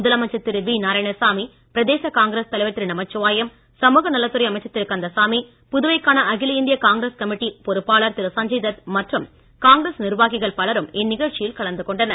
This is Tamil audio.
முதலமைச்சர் திரு வி நாராயணசாமி பிரதேச காங்கிரஸ் தலைவர் திரு நமச்சிவாயம் சமூக நலத்துறை அமைச்சர் திரு கந்தசாமி புதுவைக்கான அகில இந்திய காங்கிரஸ் கமிட்டி பொறுப்பாளர் திரு சஞ்சய் தத் மற்றும் காங்கிரஸ் நிர்வாகிகள் பலரும் இந்நிகழ்ச்சியில் கலந்துகொண்டனர்